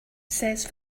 says